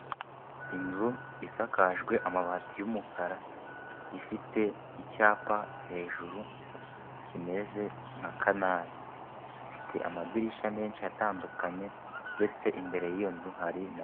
Inzu isakajwe amabati y'umukara, ifite icyapa hejuru kimeze nka kanari, ifite amadirishya menshi atandukanye, ndetse imbere y'iyo nzu hari na...